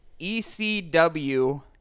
ECW